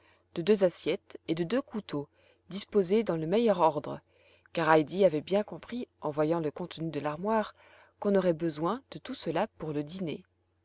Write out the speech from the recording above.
de deux assiettes et de deux couteaux disposés dans le meilleur ordre car heidi avait bien compris en voyant le contenu de l'armoire qu'on aurait besoin de tout cela pour le dîner